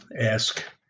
ask